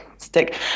stick